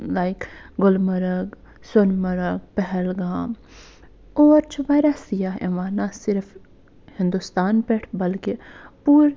like Gulmarg Sonamarg Pahalgam اور چھِ واریاہ سیاح یِوان نہ صرف ہِندُستان پٮ۪ٹھ بلکہِ پوٗرٕ